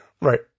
Right